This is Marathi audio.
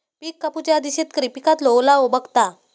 पिक कापूच्या आधी शेतकरी पिकातलो ओलावो बघता